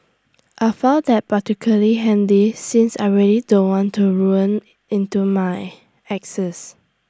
I found that particularly handy since I really don't want to ruin into my exes